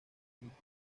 crítica